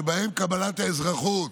שבהן קבלת האזרחות